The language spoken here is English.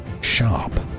sharp